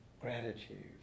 Gratitude